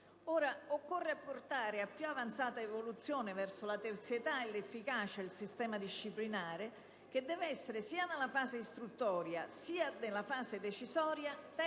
Ora, occorre portare a più avanzata evoluzione verso la terzietà e l'efficacia il sistema disciplinare che deve essere, sia nella fase istruttoria sia nella fase decisoria, terzo